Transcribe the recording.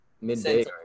midday